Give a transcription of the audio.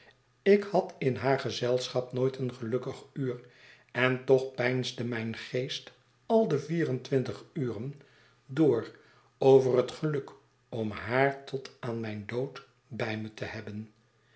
ik had in haar gezelschap nooit een gelukkig uur en toch peinsde mijn geest al de vier en twintig uren door over het geluk om haar tot aan mijn dood bij mij te hebben